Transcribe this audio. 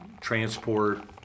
transport